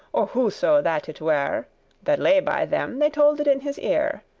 or whoso that it were that lay by them, they told it in his ear.